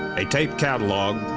a tape catalog,